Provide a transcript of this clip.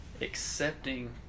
accepting